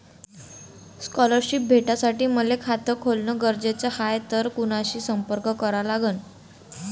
Scholarship भेटासाठी मले खात खोलने गरजेचे हाय तर कुणाशी संपर्क करा लागन?